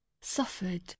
suffered